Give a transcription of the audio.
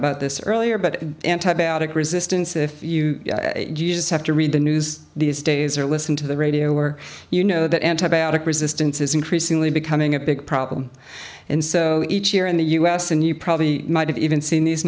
about this earlier but antibiotic resistance if you just have to read the news these days or listen to the radio or you know that antibiotic resistance is increasingly becoming a big problem and so each year in the u s and you probably might have even seen these